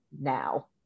now